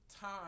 Time